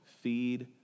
feed